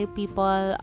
people